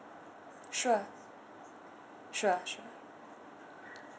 sure sure sure